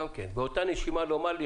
אתה יכול באותה נשימה לומר לי,